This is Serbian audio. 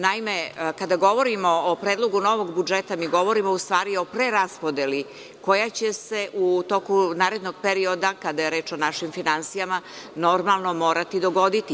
Naime, kada govorimo o predlogu novog budžeta, mi govorimo u stvari o preraspodeli koja će se u toku narednog perioda, kada je reč o našim finansijama, normalno morati dogoditi.